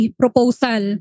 proposal